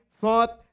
thought